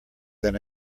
than